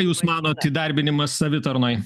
jūs manot įdarbinimas savitarnoj